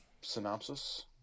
synopsis